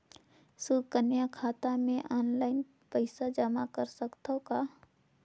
सुकन्या खाता मे ऑनलाइन पईसा जमा कर सकथव का?